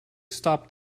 stopped